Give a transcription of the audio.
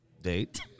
Date